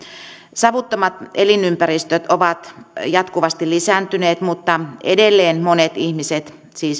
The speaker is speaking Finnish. savuttomat elinympäristöt ovat jatkuvasti lisääntyneet mutta edelleen monet ihmiset siis